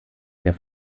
der